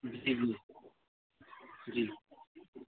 جی جی جی